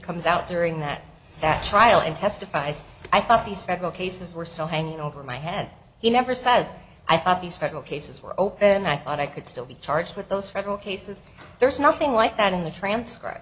comes out during that that trial and testify i thought these federal cases were still hanging over my head he never says i thought these federal cases were open and i thought i could still be charged with those federal cases there's nothing like that in the transcri